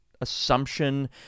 assumption